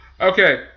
Okay